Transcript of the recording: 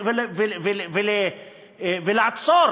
ולעצור